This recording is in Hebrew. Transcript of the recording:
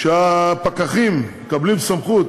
כשהפקחים מקבלים סמכות